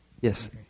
Yes